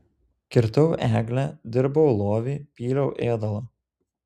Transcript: kirtau eglę dirbau lovį pyliau ėdalo